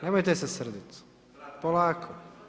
Nemojte se srditi, polako.